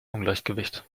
ungleichgewicht